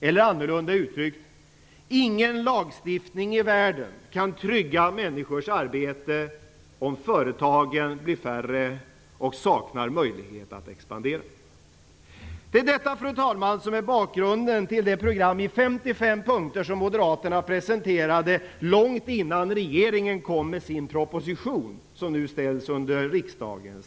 Eller annorlunda uttryckt: Ingen lagstiftning i världen kan trygga människors arbete om företagen blir färre och saknar möjligheter att expandera. Fru talman! Det är detta som är bakgrunden till det program med 55 punkter som Moderaterna presenterade långt innan regeringen kom med sin proposition som riksdagen nu debatterar.